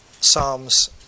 psalms